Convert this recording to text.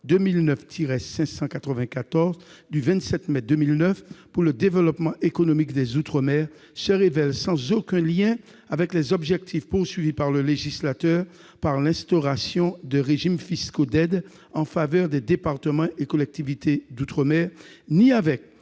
la loi du 27 mai 2009 pour le développement économique des outre-mer se révèle sans aucun lien avec les objectifs visés par le législateur en instaurant des régimes fiscaux d'aide en faveur des départements et collectivités d'outre-mer, ni avec